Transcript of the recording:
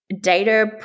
data